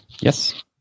yes